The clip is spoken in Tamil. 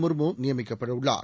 முர்முநியமிக்கப்பட்டுள்ளார்